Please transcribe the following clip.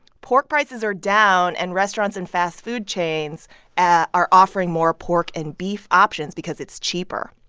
pork prices are down. and restaurants and fast food chains are offering more pork and beef options because it's cheaper.